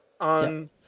on